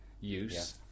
use